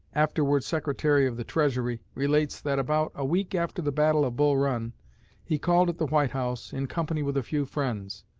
afterward secretary of the treasury, relates that about a week after the battle of bull run he called at the white house, in company with a few friends,